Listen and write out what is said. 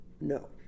No